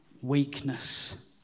weakness